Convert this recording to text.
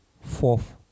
fourth